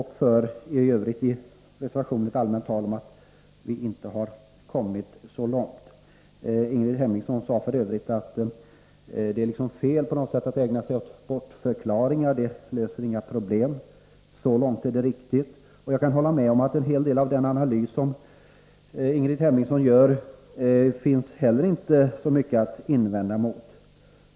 I sin reservation talar moderaterna allmänt om att vi inte har kommit så långt. Ingrid Hemmingsson sade f. ö. att det är fel att ägna sig åt bortförklaringar och att det inte löser några problem. Så långt är det riktigt. Jag kan hålla med om att det inte finns något att invända mot i större delen av den analys som Ingrid Hemmingsson gör.